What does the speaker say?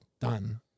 done